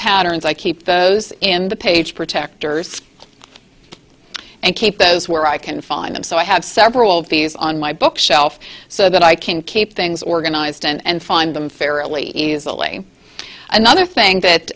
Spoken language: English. patterns i keep those in the page protectors and keep those where i can find them so i have several of these on my bookshelf so that i can keep things organized and find them fairly easily another thing that